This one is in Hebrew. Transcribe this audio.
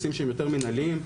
שהם יותר מנהליים.